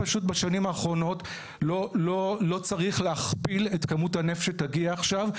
פשוט בשנים האחרונות לא צריך להכפיל את כמות הנפט שתגיע עכשיו,